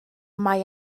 mae